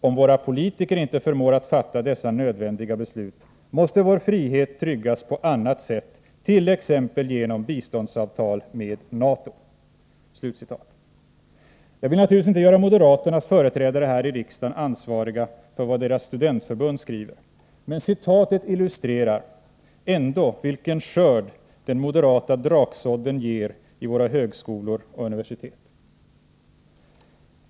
Om våra politiker inte förmår att fatta dessa nödvändiga beslut, måste vår frihet tryggas på annat sätt, t.ex. genom biståndsavtal med NATO.” Jag vill naturligtvis inte göra moderaternas företrädare här i riksdagen ansvariga för vad deras studentförbund skriver, men citatet illustrerar ändå vilken skörd den moderata draksådden ger vid våra högskolor och universitet.